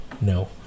no